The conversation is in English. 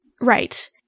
Right